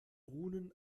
runen